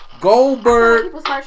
Goldberg